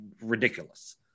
ridiculous